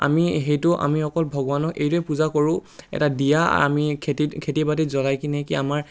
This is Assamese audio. আমি সেইটো আমি অকল ভগৱানৰ এইটোৱে পূজা কৰোঁ এটা দিয়া আমি খেতিত খেতি বাতিত জ্ৱলাই কিনে কি আমাৰ